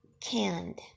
canned